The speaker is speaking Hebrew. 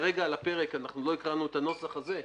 כרגע על הפרק עוד לא קראנו את הנוסח הזה,